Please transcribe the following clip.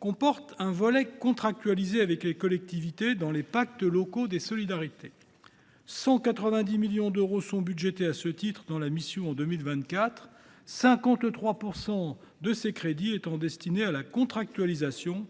comporte un volet contractualisé avec les collectivités, au travers des pactes locaux des solidarités. Pour 2024, 190 millions d’euros sont budgétés à ce titre dans la présente mission, 53 % de ces crédits étant destinés à la contractualisation,